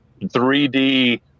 3D